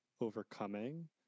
overcoming